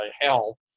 hell